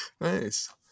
Nice